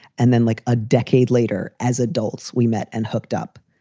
and then like a decade later, as adults, we met and hooked up.